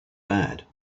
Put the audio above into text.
bad